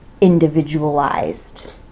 individualized